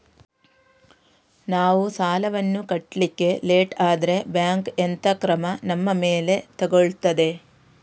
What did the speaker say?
ನಾವು ಸಾಲ ವನ್ನು ಕಟ್ಲಿಕ್ಕೆ ಲೇಟ್ ಆದ್ರೆ ಬ್ಯಾಂಕ್ ಎಂತ ಕ್ರಮ ನಮ್ಮ ಮೇಲೆ ತೆಗೊಳ್ತಾದೆ?